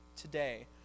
today